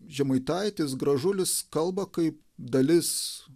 žemaitaitis gražulis kalba kaip dalis